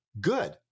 Good